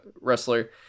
wrestler